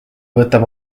võtab